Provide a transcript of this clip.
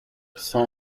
cent